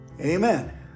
Amen